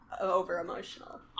over-emotional